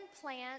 plants